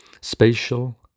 spatial